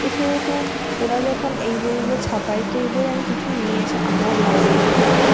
তো সেহেতু ওরা যখন এই বইগুলো ছাপায় তো এই বই আমি কিছু নিয়ে এসে আমার লাইব্রেরিতে রাখি